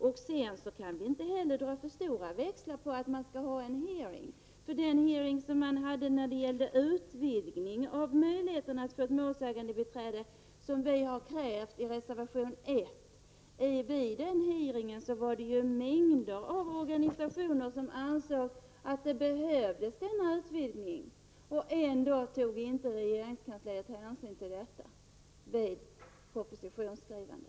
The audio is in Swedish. Vi kan inte dra för stora växlar på att man skall ha en hearing. Vid den hearing som vi hade när det gällde utvidgningen av möjligheten att få ett målsägandebiträde -- detta har vi krävt i reservation 1 -- var det mängder av organisationer som ansåg att denna utvidgning behövdes. Och ändå tog regeringskansliet inte hänsyn till detta vid propositionsskrivandet.